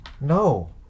No